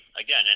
Again